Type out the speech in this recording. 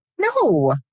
No